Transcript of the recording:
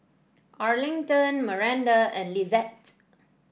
Arlington Maranda and Lizette